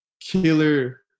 killer